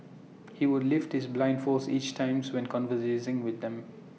he would lift his blinding foes each times when with them